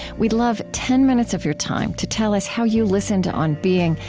we'd love ten minutes of your time to tell us how you listen to on being,